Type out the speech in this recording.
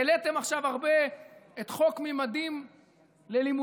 העליתם עכשיו הרבה את חוק ממדים ללימודים,